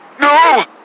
no